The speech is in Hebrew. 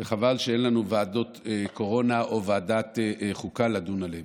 וחבל שאין לנו ועדות קורונה או ועדת חוקה לדון על זה,